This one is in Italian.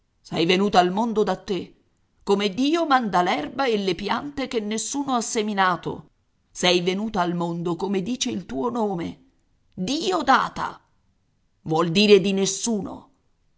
sei venuta al mondo da te come dio manda l'erba e le piante che nessuno ha seminato sei venuta al mondo come dice il tuo nome diodata vuol dire di nessuno